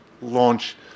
launch